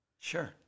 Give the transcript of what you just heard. Sure